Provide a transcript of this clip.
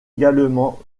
également